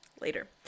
later